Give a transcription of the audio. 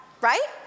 right